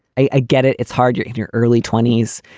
i get it. it's hard. you're in your early twenty s.